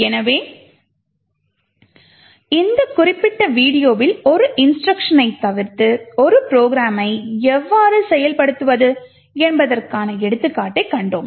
எனவே இந்த குறிப்பிட்ட வீடியோவில் ஒரு இன்ஸ்ட்ருக்ஷன்னை தவிர்த்து ஒரு ப்ரோக்ராமை எவ்வாறு செயல்படுத்துவது என்பதற்கான ஒரு எடுத்துக்காட்டைக் கண்டோம்